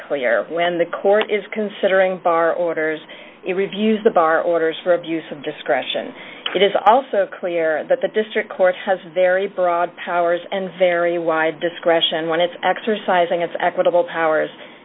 clear when the court is considering bar orders it reviews the bar orders for abuse of discretion it is also clear that the district court has very broad powers and very wide discretion when it's exercising its equitable powers